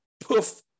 poof